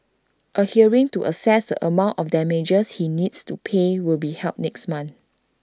A hearing to assess amount of damages he needs to pay will be held next month